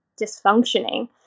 dysfunctioning